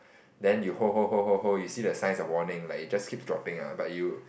then you hold hold hold hold hold you see the signs of warning like it just keeps dropping ah but you